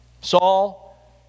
Saul